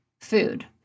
food